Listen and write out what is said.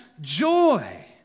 joy